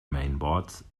mainboards